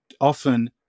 often